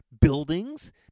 buildings